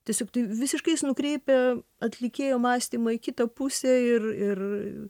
tiesiog tai visiškai jis nukreipia atlikėjo mąstymą į kitą pusę ir ir